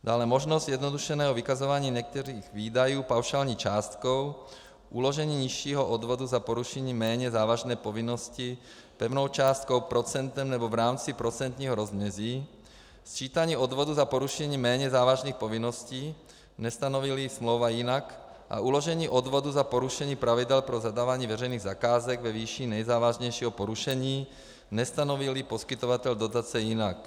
Dále možnost zjednodušeného vykazování některých výdajů paušální částkou, uložení nižšího odvodu za porušení méně závažné povinnosti pevnou částkou nebo procentem nebo v rámci procentního rozmezí, sčítání odvodů za porušení méně závažných povinnosti, nestanovíli smlouva jinak, a uložení odvodu za porušení pravidel pro zadávání zakázek ve výši nejzávažnějšího porušení, nestanovíli poskytoval dotace jinak.